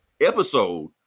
episode